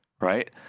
right